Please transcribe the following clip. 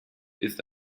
ist